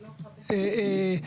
שבתי ספר בנגב,